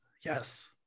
Yes